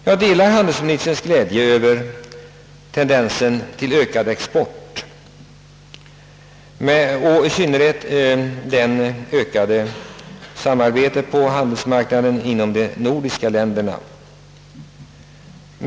Jag delar handelsministerns glädje över att exporten tenderar att öka, och speciellt glädjande är det ökade samarbetet på handelsområdet inom de nordiska länderna.